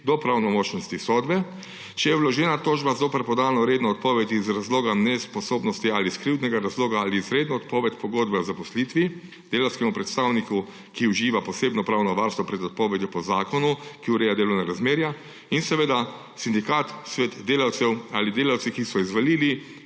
do pravnomočnosti sodbe, če je vložena tožba zoper podano redno odpoved iz razloga nesposobnosti ali iz krivdnega razloga ali izredna odpoved pogodbe o zaposlitvi delavskemu predstavniku, ki uživa posebno pravno varstvo pred odpovedjo po zakonu, ki ureja delovna razmerja, in seveda sindikat, svet delavcev ali delavci, ki so izvolili